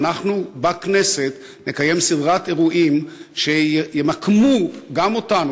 ואנחנו נקיים בכנסת סדרת אירועים שימקמו גם אותנו,